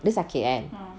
dia sakit kan